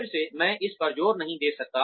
फिर से मैं इस पर जोर नहीं दे सकता